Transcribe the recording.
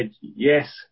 yes